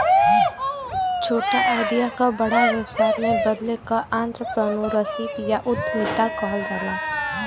छोटा आईडिया क बड़ा व्यवसाय में बदले क आंत्रप्रनूरशिप या उद्दमिता कहल जाला